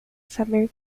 saber